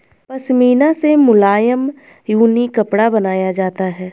पशमीना से मुलायम ऊनी कपड़ा बनाया जाता है